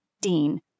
Dean